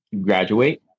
graduate